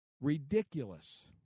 ridiculous